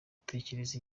ugategereza